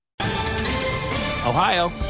ohio